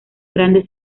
grande